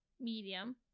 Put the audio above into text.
medium